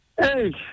Hey